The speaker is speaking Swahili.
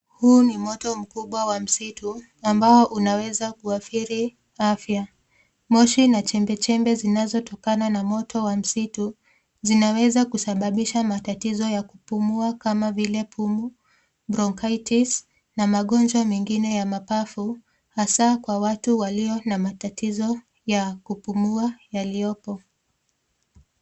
Huu ni moto mkubwa wa msitu ambao unaweza kuadhiri afya. Moshi na chembe chembe zinazotokana na moto wa msitu zinaweza kusababisha matatizo ya kupumua kama vile pumu, bronchities na magonjwa mengine ya mapafu hasaa kwa watu walio na matatizo ya kupumua yaliyoko.